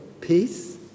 peace